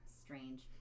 strange